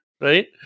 right